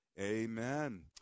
amen